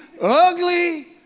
ugly